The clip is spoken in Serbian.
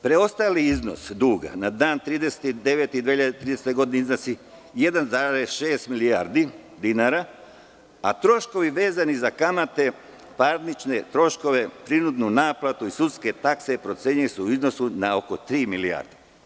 Preostali iznos duga na dan 30.9.2013. godine iznosi 1,6 milijardi dinara, a troškovi vezani za kamate, parnične troškove, prinudnu naplatu i sudske takse procenjuju se u iznosu na oko tri milijarde.